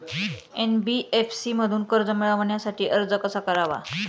NBFC मधून कर्ज मिळवण्यासाठी अर्ज कसा करावा?